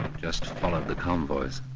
just followed the convoys.